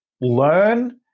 learn